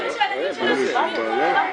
זה מה שהילדים שלנו שומעים כל היום.